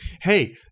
Hey